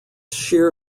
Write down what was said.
sheer